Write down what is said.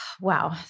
Wow